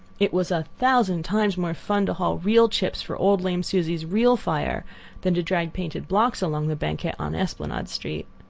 it was a thousand times more fun to haul real chips for old lame susie's real fire than to drag painted blocks along the banquette on esplanade street!